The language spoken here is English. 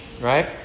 right